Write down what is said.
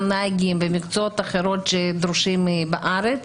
גם נהגים ומקצועות אחרים שדרושים בארץ,